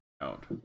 out